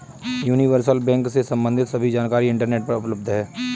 universal bank से सम्बंधित सभी जानकारी इंटरनेट पर उपलब्ध है